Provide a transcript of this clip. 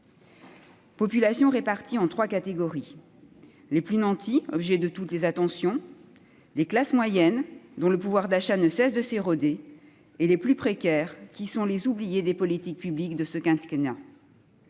laquelle se répartit en trois catégories : les plus nantis, qui font l'objet de toutes les attentions, les classes moyennes, dont le pouvoir d'achat ne cesse de s'éroder, les plus précaires, qui sont les oubliés des politiques publiques de ce quinquennat.